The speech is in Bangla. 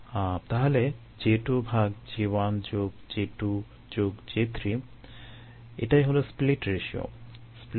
তাহলে J2 ভাগ J1 যোগ J2 যোগ J3 এটাই হলো স্প্লিট রেশিও